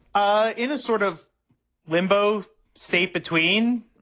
ah in a sort of limbo state between